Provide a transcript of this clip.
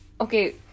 okay